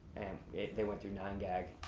they went through nine gag,